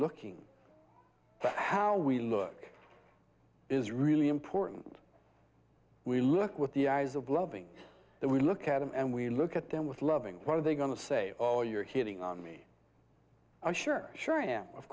looking at how we look is really important we look with the eyes of loving that we look at them and we look at them with loving what are they going to say oh you're hitting on me i'm sure sure yeah of